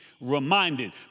reminded